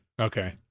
Okay